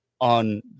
On